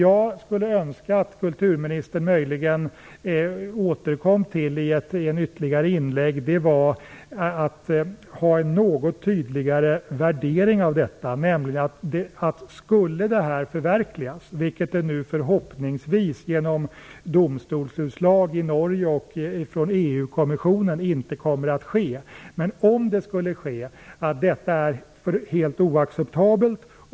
Jag skulle önska att kulturministern möjligen i ett ytterligare inlägg gav uttryck för en något tydligare värdering, att hon sade att detta, om det nu skulle förverkligas, vilket förhoppningsvis genom domstolsutslag i Norge och i EU-kommissionen inte kommer att ske, är helt oacceptabelt.